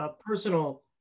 personal